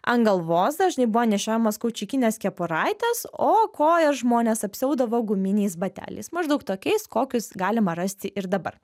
an galvos dažnai buvo nešiojamos kaučiukinės kepuraitės o kojas žmonės apsiaudavo guminiais bateliais maždaug tokiais kokius galima rasti ir dabar